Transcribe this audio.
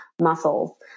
muscles